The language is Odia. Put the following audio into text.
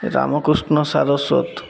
ରାମକୃଷ୍ଣ ସାରସ୍ୱତ